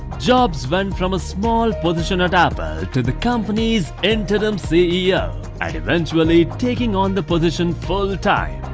jobs went from a small position at apple to the company's interim ceo and eventually taking on the position full-time.